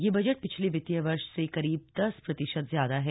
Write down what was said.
यह बजट पिछले वित्तीय वर्ष से करीब दस प्रतिशत ज्यादा है